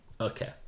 okay